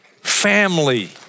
family